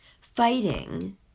fighting